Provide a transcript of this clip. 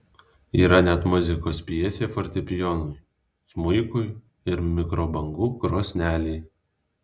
yra net muzikos pjesė fortepijonui smuikui ir mikrobangų krosnelei